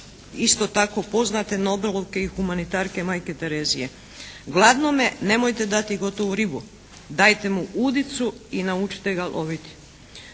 isto tako poznate nobelovke i humanitarke Majke Terezije. Gladnome nemojte dati gotovu ribu, dajte mu udicu i naučite ga loviti.